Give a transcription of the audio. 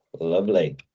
lovely